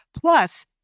plus